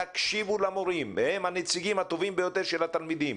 הם הנציגים הטובים ביותר של התלמידים,